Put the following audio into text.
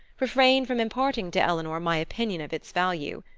refrained from imparting to eleanor my opinion of its value.